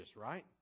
right